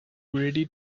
ready